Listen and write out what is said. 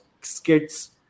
skits